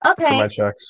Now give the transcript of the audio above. Okay